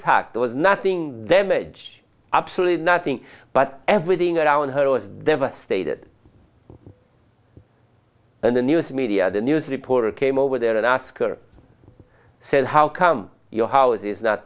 tact there was nothing them edge absolutely nothing but everything around her was devastated and the news media the news reporter came over there and asked her said how come your house is not